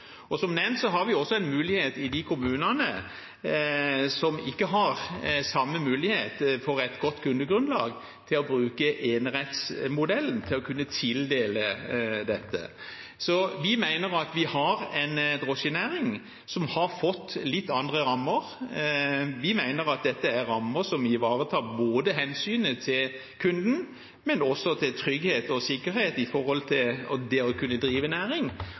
Som nevnt har vi også en mulighet i de kommunene som ikke har det samme gode kundegrunnlaget, til å bruke enerettsmodellen og til å kunne tildele dette. Vi mener at vi har en drosjenæring som har fått litt andre rammer. Vi mener at dette er rammer som ivaretar hensynet både til kunden og også til trygghet og sikkerhet med hensyn til det å kunne drive næring,